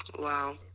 wow